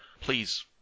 Please